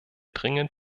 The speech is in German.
dringend